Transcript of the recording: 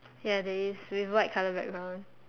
ya there is with white colour background